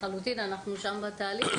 אנחנו שם בתהליך.